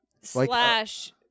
Slash